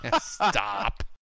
Stop